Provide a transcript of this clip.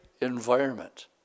environment